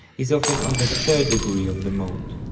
is often on the third degree of the mode.